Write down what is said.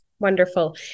Wonderful